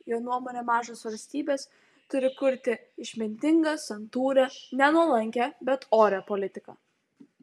jo nuomone mažos valstybės turi kurti išmintingą santūrią ne nuolankią bet orią politiką